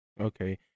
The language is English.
Okay